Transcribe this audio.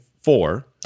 four